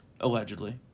allegedly